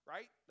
Right